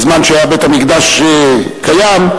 בזמן שהיה בית-המקדש קיים,